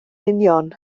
union